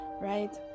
right